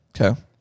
Okay